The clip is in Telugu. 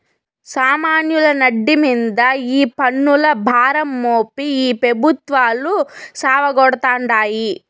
సామాన్యుల నడ్డి మింద ఈ పన్నుల భారం మోపి ఈ పెబుత్వాలు సావగొడతాండాయి